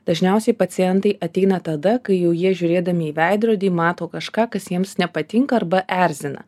dažniausiai pacientai ateina tada kai jau jie žiūrėdami į veidrodį mato kažką kas jiems nepatinka arba erzina